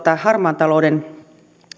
harmaan talouden